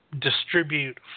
distribute